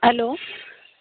hello